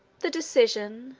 the decision,